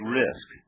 risk